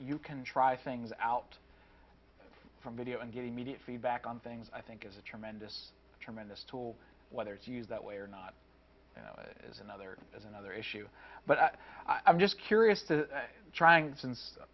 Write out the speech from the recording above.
you can try things out from video and get immediate feedback on things i think is a tremendous tremendous tool whether it's used that way or not is another is another issue but i'm just curious to